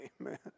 Amen